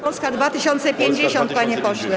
Polska 2050, panie pośle.